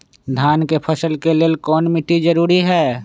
धान के फसल के लेल कौन मिट्टी जरूरी है?